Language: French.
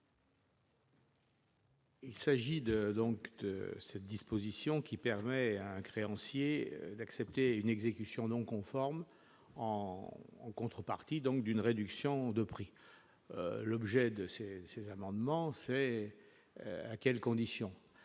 Il s'agit de donc de cette disposition qui permet à un créancier d'accepter une exécution non conforme, en en en contrepartie, donc d'une réduction de prix, l'objet de ces ces amendements, c'est à quelles conditions